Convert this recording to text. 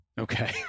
Okay